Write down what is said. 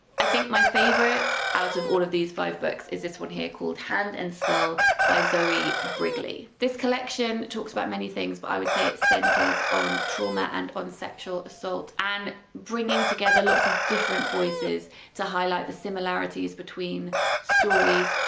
i think my favorite out of all of these five books is this one here called hand and skull by zoe brigley. this collection talks about many things but i would say it centres on trauma and on sexual assault and bringing together lots of different voices to highlight the similarities between stories.